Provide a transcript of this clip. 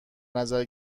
نظر